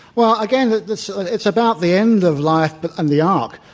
well, again, this it's about the end of life but and the arc.